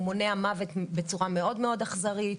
הוא מונע מוות בצורה מאוד מאוד אכזרית.